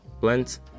blends